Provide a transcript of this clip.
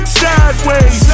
sideways